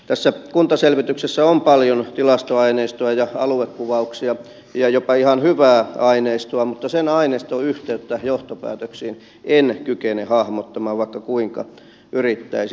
tässä kuntaselvityksessä on paljon tilastoaineistoa ja aluekuvauksia ja jopa ihan hyvää aineistoa mutta sen aineiston yhteyttä johtopäätöksiin en kykene hahmottamaan vaikka kuinka yrittäisin